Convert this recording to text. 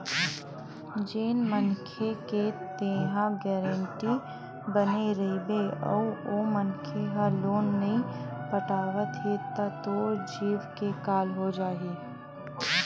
जेन मनखे के तेंहा गारेंटर बने रहिबे अउ ओ मनखे ह लोन नइ पटावत हे त तोर जींव के काल हो जाही